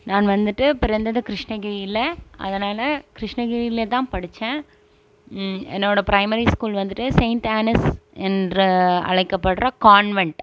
நான் வந்துட்டு பிறந்தது கிருஷ்ணகிரியில் அதனால் கிருஷ்ணகிரியில் தான் படிச்சேன் என்னோட பிரைமரி ஸ்கூல் வந்துட்டு செய்ன்ட் ஆனஸ் என்று அழைக்கப்படுற கான்வென்ட்